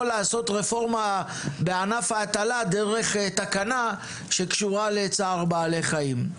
לעשות רפורמה בענף ההטלה דרך תקנה שקשורה לצער בעלי חיים.